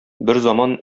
берзаман